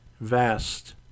vast